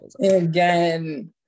again